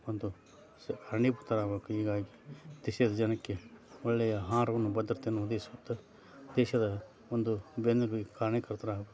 ಒಂದು ಕಾರಣೀಭೂತರಾಗಬೇಕು ಹೀಗಾಗಿ ದೇಶದ ಜನಕ್ಕೆ ಒಳ್ಳೆಯ ಆಹಾರವನ್ನು ಭದ್ರತೆಯನ್ನು ಒದಗಿಸಿ ಕೊಟ್ಟು ದೇಶದ ಒಂದು ಬೆನ್ನೆಲುಬಿಗೆ ಕಾರಣೀಕರ್ತರಾಗಬೇಕು